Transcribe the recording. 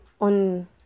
on